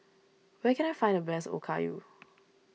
where can I find the best Okayu